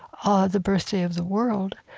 ah the birthday of the world,